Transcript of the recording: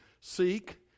Seek